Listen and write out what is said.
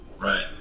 Right